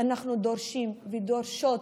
לגופם של דברים,